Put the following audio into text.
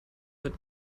wird